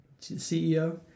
CEO